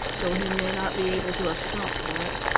though he may not be able to account for it.